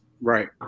Right